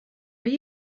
are